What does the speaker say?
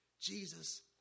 Jesus